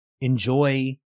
enjoy